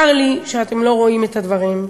צר לי שאתם לא רואים את הדברים.